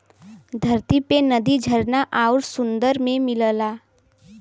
धरती पे नदी झरना आउर सुंदर में मिलला